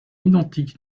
identique